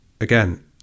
again